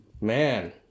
man